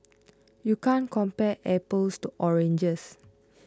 you can't compare apples to oranges